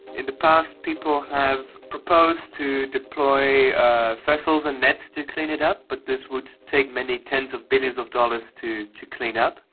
in the past people have proposed to deploy vessels and nets to clean it up, but this would take many tens of billions of dollars to to clean up.